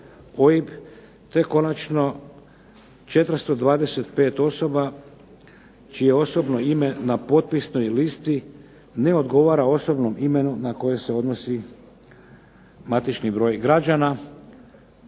te konačno 425 osoba čije osobno ime na potpisnoj listi ne odgovara osobnom imenu na koje se odnosi matični broj građana.